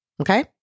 Okay